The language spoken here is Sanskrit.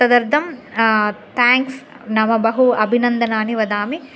तदर्थं तेङ्क्स् नाम बहु अभिनन्दनानि वदामि